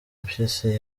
mpyisi